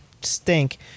stink